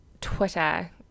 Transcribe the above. Twitter